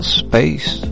space